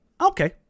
okay